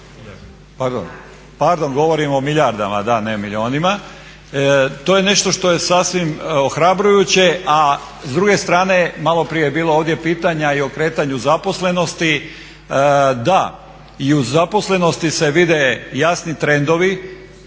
pardon govorim o milijardama ne milijunima. To je nešto što je sasvim ohrabrujuće. A s druge strane maloprije je bilo ovdje pitanja i o kretanju zaposlenosti, da, i u zaposlenosti se vide jasni trendovi